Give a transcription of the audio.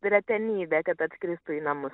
retenybė kad atkreiptų į namus